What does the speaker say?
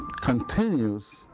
continues